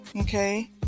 Okay